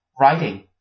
Writing